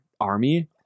Army